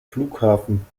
flughafen